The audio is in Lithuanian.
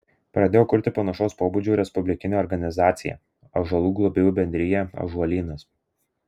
pradėjau kurti panašaus pobūdžio respublikinę organizaciją ąžuolų globėjų bendriją ąžuolynas